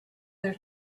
their